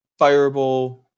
fireable